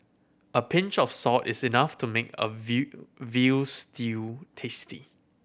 a pinch of salt is enough to make a veal stew tasty